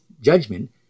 judgment